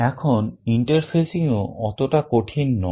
এখন interfacingও অতটা কঠিন নয়